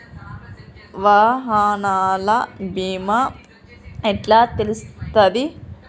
వాహనాల బీమా ఎట్ల తెలుస్తది?